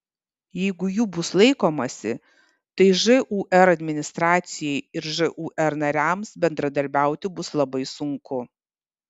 jeigu jų bus laikomasi tai žūr administracijai ir žūr nariams bendradarbiauti bus labai sunku